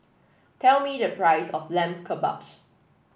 tell me the price of Lamb Kebabs